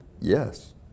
yes